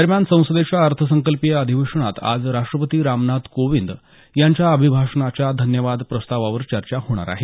दरम्यान संसदेच्या अर्थसंकल्पीय अधिवेशनात आज राष्ट्रपती रामनाथ कोविंद यांच्या अभिभाषणाच्या धन्यवाद प्रस्तावावर चर्चा होणार आहे